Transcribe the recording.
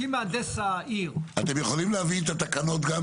שאם מהנדס העיר --- אתם יכולים להביא את התקנות.